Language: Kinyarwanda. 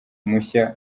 mushya